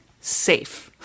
safe